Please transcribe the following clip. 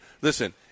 listen